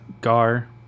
gar